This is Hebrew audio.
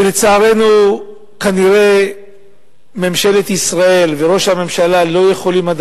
ולצערנו כנראה ממשלת ישראל וראש הממשלה לא יכולים עד